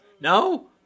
No